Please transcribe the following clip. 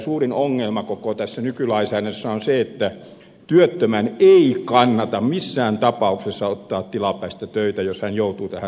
suurin ongelmahan koko tässä nykylainsäädännössä on se että työttömän ei kannata missään tapauksessa ottaa tilapäistä työtä jos hän joutuu tähän sovitteluun